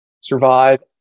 survive